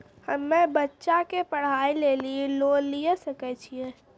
हम्मे बच्चा के पढ़ाई लेली लोन लिये सकय छियै?